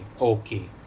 okay